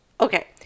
okay